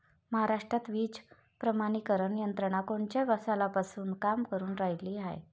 महाराष्ट्रात बीज प्रमानीकरण यंत्रना कोनच्या सालापासून काम करुन रायली हाये?